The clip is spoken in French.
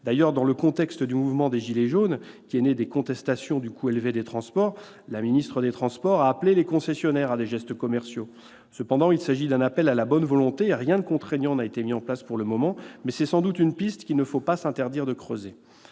D'ailleurs, dans le contexte du mouvement des « gilets jaunes », qui est né des contestations du coût élevé des transports, la ministre des transports a appelé les concessionnaires à des gestes commerciaux. Cependant, il s'agit d'un appel à la bonne volonté. Rien de contraignant n'a été mis en place pour le moment, mais c'est sans doute une piste qu'il ne faut pas s'interdire de creuser.